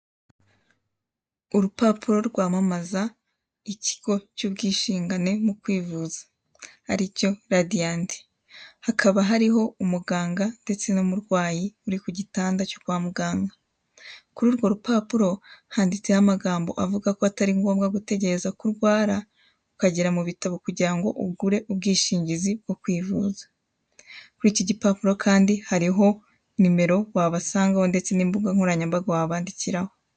Urupapuro rwamamaza ikigo cy'ubwisungane mukwivuza, aricyo radiyanti. Hakaba hariho umuganga ndetse n'umurwayi uri ku gitanda cyo kwa muganga. kuri urwo rupapuro handitseho avuga ko ataringombwa gutegereza ko urwara, ukagera ukagera mubitaro kugirango ugure ubwishingizi mu kwivuza. Kuri iki gipapuro kandi, hariho nimero wabasangaho ndetse n'imbuga nkoranyambaga wabandikiraho.